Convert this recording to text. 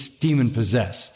demon-possessed